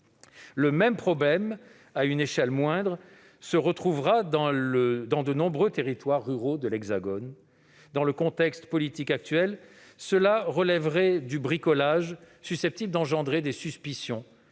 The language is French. Le même problème, à une échelle moindre, se retrouvera dans de nombreux territoires ruraux de l'Hexagone. Dans le contexte politique actuel, cela relèverait d'un bricolage susceptible d'engendrer des suspicions